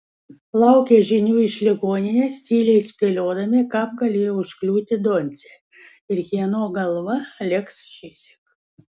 laukė žinių iš ligoninės tyliai spėliodami kam galėjo užkliūti doncė ir kieno galva lėks šįsyk